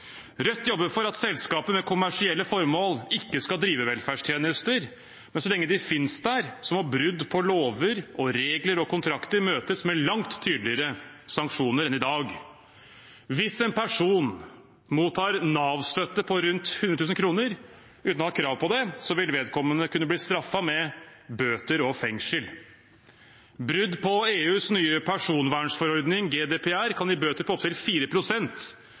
Rødt jobber for at selskaper med kommersielle formål ikke skal drive velferdstjenester, men så lenge de finnes der, må brudd på lover, regler og kontrakter møtes med langt tydeligere sanksjoner enn i dag. Hvis en person mottar Nav-støtte på rundt 100 000 kr uten å ha krav på det, vil vedkommende kunne bli straffet med bøter og fengsel. Brudd på EUs nye personvernforordning, GDPR, kan gi bøter på opptil